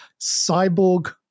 cyborg